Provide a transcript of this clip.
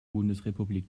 bundesrepublik